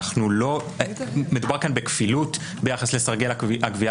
מדובר כאן בכפילות ביחס לסרגל הגבייה